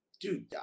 dude